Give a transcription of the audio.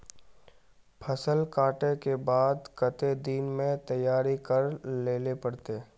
फसल कांटे के बाद कते दिन में तैयारी कर लेले पड़ते?